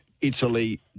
Italy